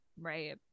Right